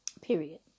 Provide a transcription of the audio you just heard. Period